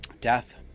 death